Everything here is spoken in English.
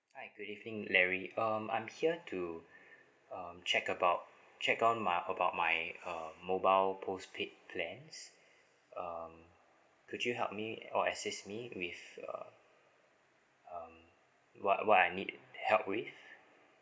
hi good evening larry um I'm here to um check about check on my about my uh mobile postpaid plans um could you help me or assist me with uh um what what I need help with